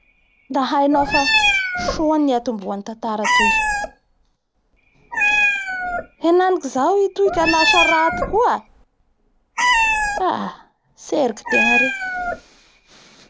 La nihainao soa keny niatriky an'ny toejavanisy teo igny ka mieky anao iaho ampela manatanjaky hanao.